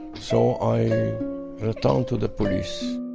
so i return to the police